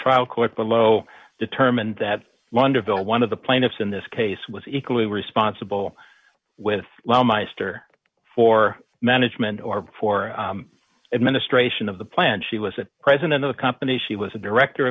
trial court below determined that wonderful one of the plaintiffs in this case was equally responsible with law minister for management or for administration of the plan she was the president of the company she was a director